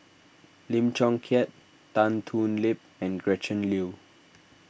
Lim Chong Keat Tan Thoon Lip and Gretchen Liu